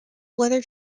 leather